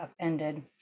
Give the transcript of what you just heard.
upended